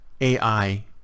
AI